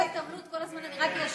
התעמלות, כל הזמן אני רק יושבת.